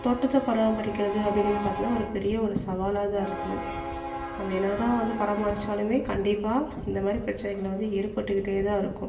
தோட்டத்தை பராமரிக்கிறது அப்படிங்கிறது பார்த்தினா ஒரு பெரிய ஒரு சவாலாகதான் இருக்கு நம்ப என்னதான் வந்து பராமரிச்சாலுமே கண்டிப்பாக இந்த மாதிரி பிரச்சனைகள் வந்து ஏற்பட்டுக்கிட்டே தான் இருக்கும்